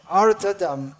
artadam